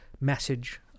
message